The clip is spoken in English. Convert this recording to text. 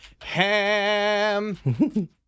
ham